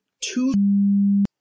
two